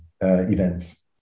events